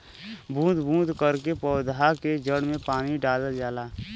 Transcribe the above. बूंद बूंद करके पौधा के जड़ में पानी डालल जाला